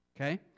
okay